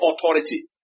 authority